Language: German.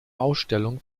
ausstellung